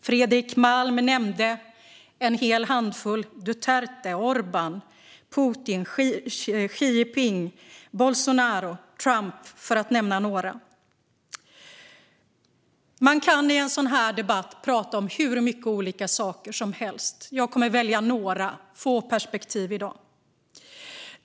Fredrik Malm nämnde en handfull: Duterte, Órban, Putin, Xi Jinping, Bolsonaro, Trump. Man kan i en sådan här debatt prata om hur många olika saker som helst. Jag kommer att välja några få perspektiv i dag.